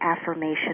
affirmation